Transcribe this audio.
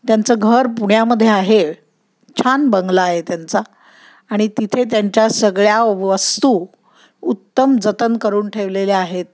त्यांचं घर पुण्यामध्ये आहे छान बंगला आहे त्यांचा आणि तिथे त्यांच्या सगळ्या वस्तू उत्तम जतन करून ठेवलेल्या आहेत